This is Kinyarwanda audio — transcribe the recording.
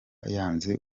yanze